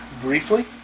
briefly